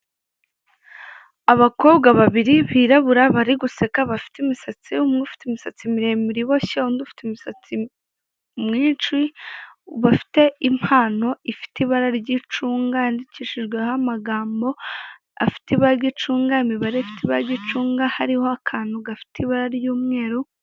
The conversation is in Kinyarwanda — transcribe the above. Abakobwa babiri birabura bari guseka bafite imisatsi, umwe ufite imisatsi miremire iboshye, undi ufite umusatsi mwinshi, bafite impano ifite ibara ry'icunga yandikishijweho amagambo afite ibara ry'icunga, imibare ifite ibara ry'icunga hariho akantu gafite ibara ry'umweru.